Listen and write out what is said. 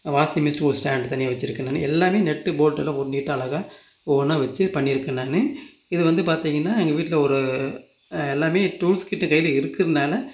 washing machine ஒரு stand தனியாக வச்சிருக்கேன் நான் எல்லாம் நட்டு போல்ட்டுலாம் ஒரு நீட்டாக அழகாக ஒவ்வொன்றா வச்சு பண்ணியிருக்கேன் நான் இது வந்து பார்த்தீங்கன்னா எங்கள் வீட்டில் ஒரு எல்லாமே டூல்ஸ் கிட்டு கையில் இருக்கறதுனால்